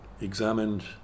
examined